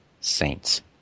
saints